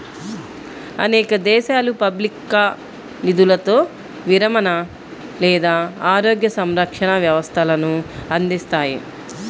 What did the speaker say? అనేక దేశాలు పబ్లిక్గా నిధులతో విరమణ లేదా ఆరోగ్య సంరక్షణ వ్యవస్థలను అందిస్తాయి